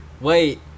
Wait